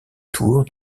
tours